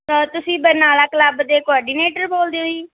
ਆ ਤੁਸੀਂ ਬਰਨਾਲਾ ਕਲੱਬ ਦੇ ਕੋਆਰਡੀਨੇਟਰ ਬੋਲਦੇ ਹੋ ਜੀ